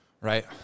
right